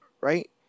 right